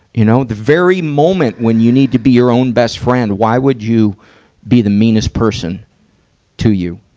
you know, the very moment when you need to be your own best friend, why would you be the meanest person to you?